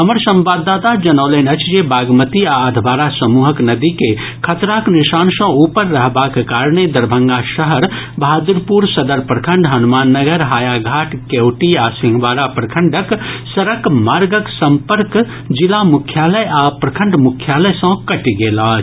हमर संवाददाता जनौलनि अछि जे बागमती आ अधवारा समूहक नदी के खतराक निशान सॅ ऊपर रहबाक कारणे दरभंगा शहर बहादुरपुर सदर प्रखंड हनुमान नगर हायाघाट केवटी आ सिंहवाड़ा प्रखंडक सड़क मार्गक संपर्क जिला मुख्यालय आ प्रखंड मुख्यालय सॅ कटि गेल अछि